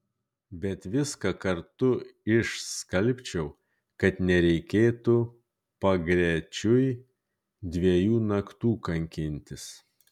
bet viską kartu išskalbčiau kad nereikėtų pagrečiui dviejų naktų kankintis